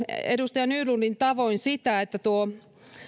edustaja nylundin tavoin sitä että tuo